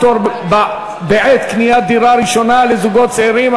פטור בעת קניית דירה ראשונה לזוגות צעירים),